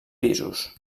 pisos